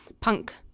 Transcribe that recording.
punk